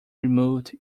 removed